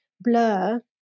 blur